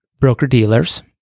broker-dealers